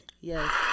Yes